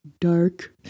dark